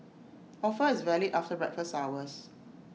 offer is valid after breakfast hours